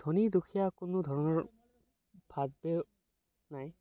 ধনী দুখীয়া কোনো ধৰণৰ ভাদ ভেৱ নাই